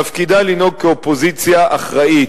תפקידה לנהוג כאופוזיציה אחראית.